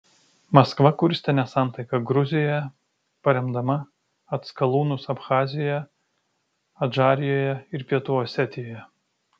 maskva kurstė nesantaiką gruzijoje paremdama atskalūnus abchazijoje adžarijoje ir pietų osetijoje